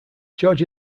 george